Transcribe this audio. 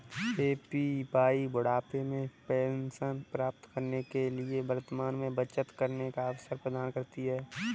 APY बुढ़ापे में pension प्राप्त करने के लिए वर्तमान में बचत करने का अवसर प्रदान करती है